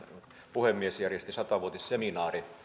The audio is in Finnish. puhemies järjesti sata vuotisseminaarin